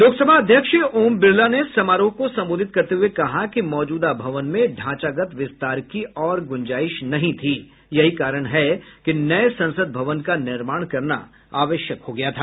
लोकसभा अध्यक्ष ओम बिरला ने समारोह को संबोधित करते हुए कहा कि मौजूदा भवन में ढांचागत विस्तार की और ग्रंजाइश नहीं थी यही कारण है कि नए संसद भवन का निर्माण करना आवश्यक हो गया था